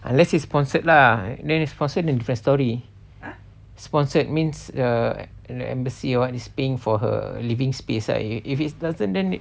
unless he's sponsored lah then if sponsored is a different story sponsored means err in the embassy one is paying for her living space eh if it doesn't then